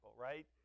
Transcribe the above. right